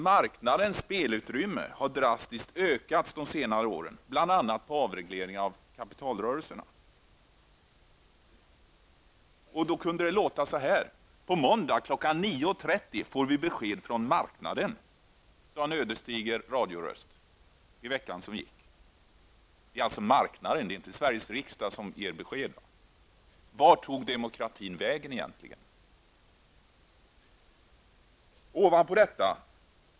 Marknadens spelutrymme har emellertid drastiskt ökats de senaste åren bl.a. genom avreglering av kapitalrörelserna. Då kunde det låta så här: På måndag kl. 9.30 får vi besked från marknaden. Så sade en ödesdiger radioröst i veckan som gick. Det är alltså marknaden och inte Sveriges riksdag som ger besked. Vart tog egentligen demokratin vägen?